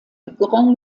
grand